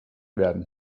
werden